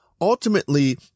ultimately